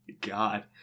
God